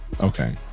okay